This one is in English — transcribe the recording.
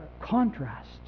contrast